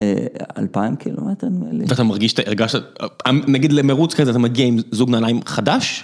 אלפיים קילומטרים, נגיד למרוץ כזה אתה מגיע עם זוג נעליים חדש.